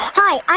hi.